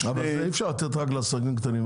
אפשר לתת את זה רק לעסקים הקטנים.